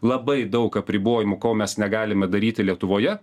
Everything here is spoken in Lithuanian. labai daug apribojimų ko mes negalime daryti lietuvoje